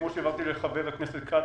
כמו שהבהרתי לחבר הכנסת כץ,